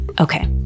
Okay